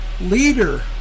leader